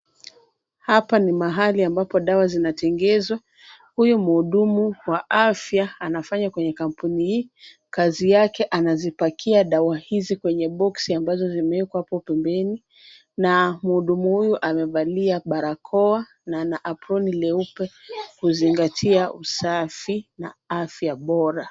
Hapa ni mahali ambapo dawa zinatengenezwa. Huyu mhudumu wa afya anafanya kwenye kampuni hii. Kazi yake anazipakia dawa hizi kwenye boksi ambazo zimeekwa hapo pembeni na mhudumu huyu amevalia barakoa na ana aproni leupe kuzingatia usafi na afya bora.